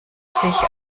sich